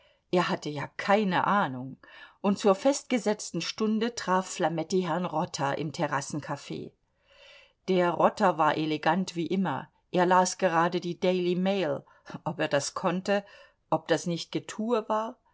er hatte ja keine ahnung und zur festgesetzten stunde traf flametti herrn rotter im terrassencaf der rotter war elegant wie immer er las gerade die daily mail ob er das konnte ob das nicht getue war